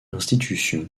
institution